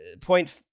point